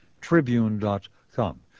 tribune.com